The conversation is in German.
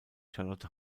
charlotte